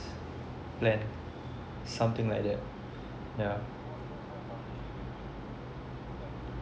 plan something like that ya